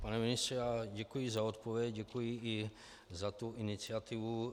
Pane ministře, děkuji za odpověď, děkuji i za tu iniciativu.